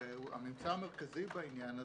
הממצא המרכזי בעניין הזה.